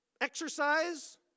exercise